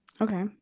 Okay